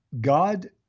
God